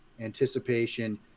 anticipation